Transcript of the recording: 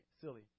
Silly